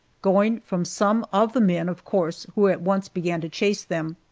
going from some of the men, of course, who at once began to chase them.